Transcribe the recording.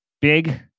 Big